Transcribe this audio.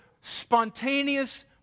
spontaneous